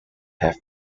had